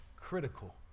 critical